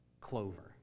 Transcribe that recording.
clover